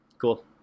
Cool